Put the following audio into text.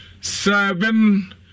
Seven